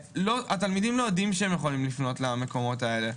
התלמידים לא יודעים שיכולים לפנות למקומות האלה.